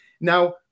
Now